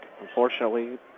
Unfortunately